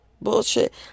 Bullshit